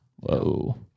Whoa